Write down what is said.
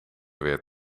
weer